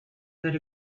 that